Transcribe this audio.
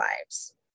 lives